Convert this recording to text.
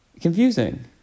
Confusing